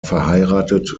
verheiratet